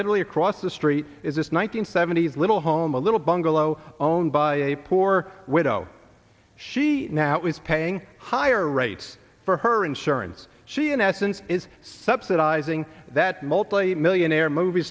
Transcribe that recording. literally across the street is this one hundred seventy little home a little bungalow owned by a poor widow she now is paying higher rates for her insurance she in essence is subsidizing that multimillionaire movie